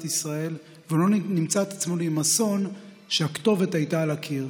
ישראל ולא נמצא את עצמנו עם אסון כשהכתובת הייתה על הקיר?